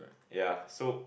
ya so